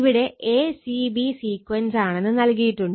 ഇവിടെ a c b sequence ആണെന്ന് നൽകിയിട്ടുണ്ട്